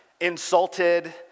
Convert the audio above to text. insulted